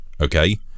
okay